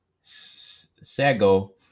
Sago